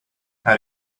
how